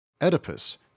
Oedipus